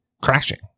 crashing